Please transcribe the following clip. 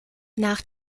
nach